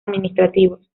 administrativos